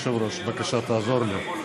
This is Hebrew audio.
אדוני היושב-ראש, בבקשה תעזור לי.